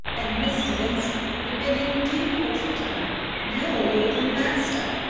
and mr. vincent would have been in due course of time your lord and master.